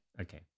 Okay